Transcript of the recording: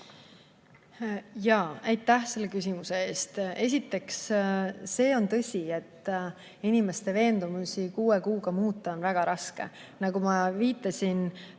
teha. Aitäh selle küsimuse eest! Esiteks, see on tõsi, et inimeste veendumusi kuue kuuga muuta on väga raske. Nagu ma viitasin,